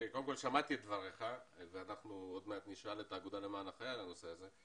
שמעתי את דבריך ואנחנו עוד מעט נשאל את האגודה למען החייל על הנושא הזה,